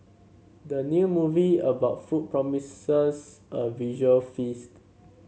the new movie about food promises a visual feast